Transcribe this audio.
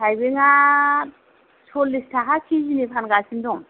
थाइबेङा साल्लिस थाखा केजिनि फानगासिनो दं